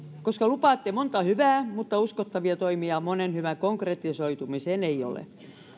koska lupaatte monta hyvää mutta uskottavia toimia monen hyvän konkretisoitumiseen ei ole